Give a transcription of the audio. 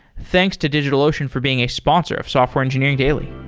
thanks to digitalocean for being a sponsor of software engineering daily